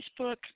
Facebook